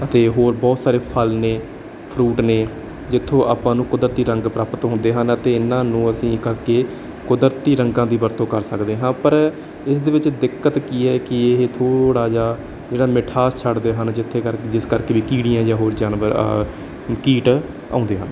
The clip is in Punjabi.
ਅਤੇ ਹੋਰ ਬਹੁਤ ਸਾਰੇ ਫ਼ਲ ਨੇ ਫਰੂਟ ਨੇ ਜਿੱਥੋਂ ਆਪਾਂ ਨੂੰ ਕੁਦਰਤੀ ਰੰਗ ਪ੍ਰਾਪਤ ਹੁੰਦੇ ਹਨ ਅਤੇ ਇਨ੍ਹਾਂ ਨੂੰ ਅਸੀਂ ਕਰਕੇ ਕੁਦਰਤੀ ਰੰਗਾਂ ਦੀ ਵਰਤੋਂ ਕਰ ਸਕਦੇ ਹਾਂ ਪਰ ਇਸਦੇ ਵਿੱਚ ਦਿੱਕਤ ਕੀ ਹੈ ਕਿ ਇਹ ਥੋੜ੍ਹਾ ਜਿਹਾ ਜਿਹੜਾ ਮਿਠਾਸ ਛੱਡਦੇ ਹਨ ਜਿੱਥੇ ਕਰਕੇ ਵੀ ਜਿਸ ਕਰਕੇ ਵੀ ਕੀੜੀਆਂ ਜਾਂ ਹੋਰ ਜਾਨਵਰ ਕੀਟ ਆਉਂਦੇ ਹਨ